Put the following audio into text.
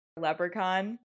leprechaun